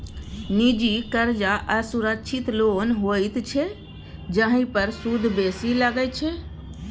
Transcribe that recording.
निजी करजा असुरक्षित लोन होइत छै जाहि पर सुद बेसी लगै छै